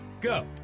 Go